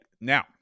Now